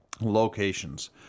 locations